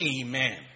Amen